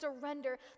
surrender